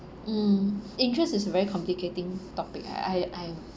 mm interest is very complicating topic I I I'm